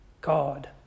God